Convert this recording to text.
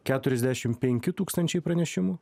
keturiasdešimt penki tūkstančiai pranešimų